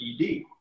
ED